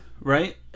right